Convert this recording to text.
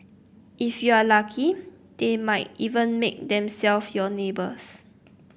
if you are lucky they might even make themselve your neighbours